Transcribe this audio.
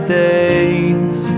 days